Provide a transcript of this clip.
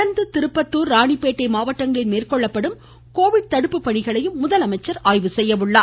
தொடர்ந்து திருப்பத்தூர் ராணிப்பேட்டை மாவட்டங்களில் மேற்கொள்ளப்படும் கோவிட் தடுப்பு பணிகளையும் அவர் ஆய்வு செய்கிறார்